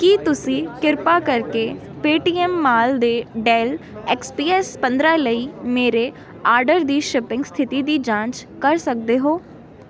ਕੀ ਤੁਸੀਂ ਕਿਰਪਾ ਕਰਕੇ ਪੇਟੀਐਮ ਮਾਲ 'ਤੇ ਡੈੱਲ ਐਕਸਪੀਐੱਸ ਪੰਦਰਾਂ ਲਈ ਮੇਰੇ ਆਰਡਰ ਦੀ ਸ਼ਿਪਿੰਗ ਸਥਿਤੀ ਦੀ ਜਾਂਚ ਕਰ ਸਕਦੇ ਹੋ